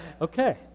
Okay